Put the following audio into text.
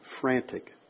frantic